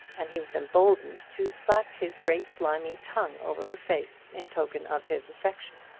and he was emboldened to flap his great slimy tongue over her face in token of his affection.